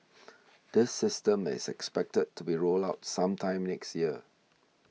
this system is expected to be rolled out sometime next year